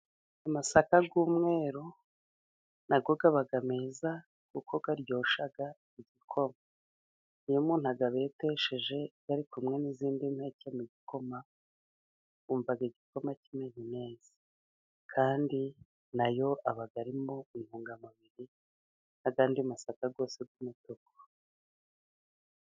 Amasaka y'umweruro na yo aba meza kuko aryoshya igikoma, iyo umunru ayabetesheje ari kumwe n'izindi mpeke mu gikoma, wumva igikoma kimeze neza, kandi nayo aba arimo intungamubiri nk'andi masaka yose y'umutuku.